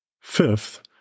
Fifth